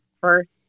first